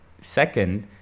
Second